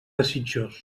desitjós